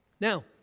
Now